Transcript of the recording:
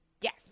Yes